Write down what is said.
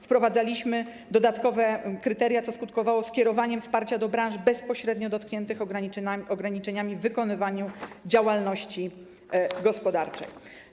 Wprowadzaliśmy dodatkowe kryteria, co skutkowało skierowaniem wsparcia do branż bezpośrednio dotkniętych ograniczeniami w wykonywaniu działalności gospodarczej.